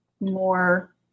more